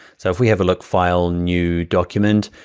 so if we have a look, file new document,